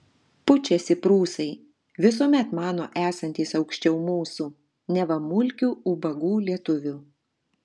pučiasi prūsai visuomet mano esantys aukščiau mūsų neva mulkių ubagų lietuvių